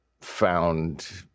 found